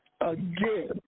again